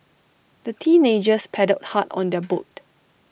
the teenagers paddled hard on their boat